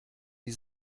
die